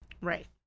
right